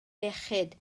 iechyd